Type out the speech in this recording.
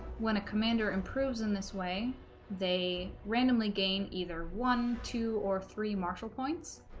when a commander improves in this way they randomly gain either one two or three marshal points